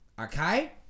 okay